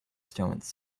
stones